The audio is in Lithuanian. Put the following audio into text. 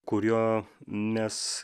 kurio nes